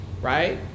right